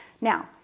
Now